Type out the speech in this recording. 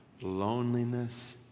loneliness